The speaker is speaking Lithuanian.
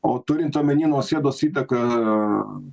o turint omeny nausėdos įtaką